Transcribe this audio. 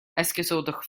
esgusodwch